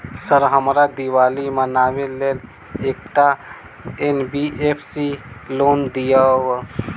Sir हमरा दिवाली मनावे लेल एकटा एन.बी.एफ.सी सऽ लोन दिअउ?